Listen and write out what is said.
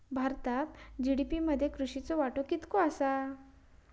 भारतात जी.डी.पी मध्ये कृषीचो वाटो कितको आसा?